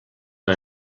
que